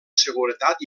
seguretat